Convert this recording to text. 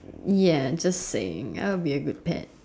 ya just saying I would be a good pet